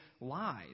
lies